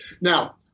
Now